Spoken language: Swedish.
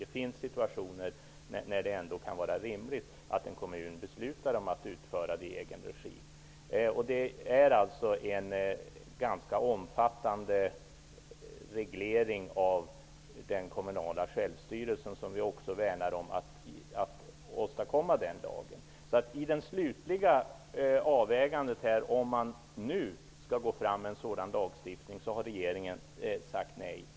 Det finns situationer när det är rimligt att en kommun beslutar att utföra verksamhet i egen regi. Det skulle alltså innebära en ganska omfattande reglering av den kommunala självstyrelsen, som vi också värnar om, att åstadkomma en sådan lag. I den slutliga avvägningen, huruvida man nu skall gå fram med en sådan lagstiftning, har regeringen sagt nej.